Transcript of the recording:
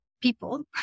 people